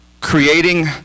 creating